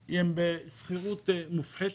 הן בשכירות מופחתת.